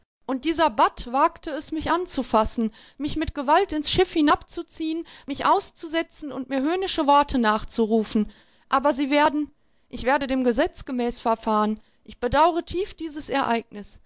und dieser bat wagte es mich anzufassen mich mit gewalt ins schiff hinabzuziehen mich auszusetzen und mir höhnische worte nachzurufen aber sie werden ich werde dem gesetz gemäß verfahren ich bedaure tief dieses ereignis